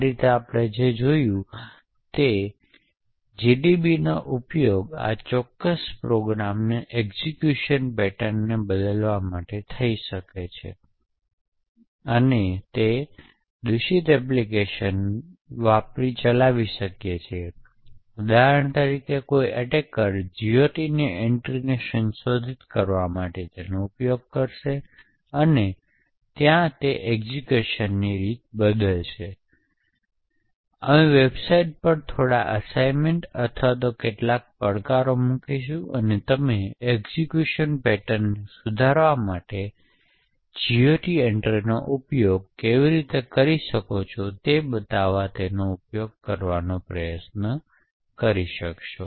આવી કન્વર્ટ ચેનલો ફક્ત કૅશ માં જ પ્રતિબંધિત ન હોઈ શકે પરંતુ અન્ય પાસાઓ અથવા અન્ય પ્રોસેસર અને સિસ્ટમ સ્તરની સુવિધાઓ જેમ કે ફાઇલ સિસ્ટમ પૃષ્ઠ ખામી અને કીસ્ટ્રોક્સ જેવી અન્ય વસ્તુઓ પણ કન્વર્ટ ચેનલના સ્ત્રોત તરીકે ઉપયોગમાં લેવામાં આવી શકે છે